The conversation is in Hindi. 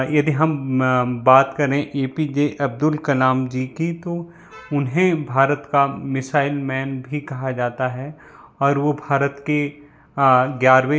यदि हम बात करें A P J Abdul Kalam ji की तो उन्हें भारत का मिसाइल मैन भी कहा जाता है और वो भारत के ग्यारवे